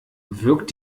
wirkt